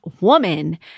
woman